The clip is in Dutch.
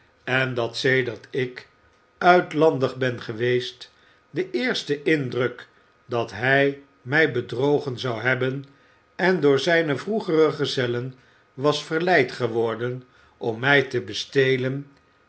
en dat sedert ik uitlandig ben geweest de eerste indruk dat hij mij bedrogen zou hebben en door zijne vroegere gezellen was verleid geworden om mij te beste